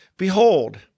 Behold